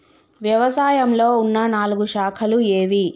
వ్యవసాయంలో ఉన్న నాలుగు శాఖలు ఏవి?